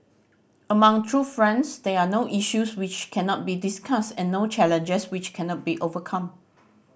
among true friends there are no issues which cannot be discussed and no challenges which cannot be overcome